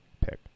pick